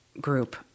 group